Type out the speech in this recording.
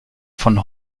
von